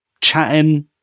chatting